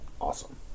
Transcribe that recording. awesome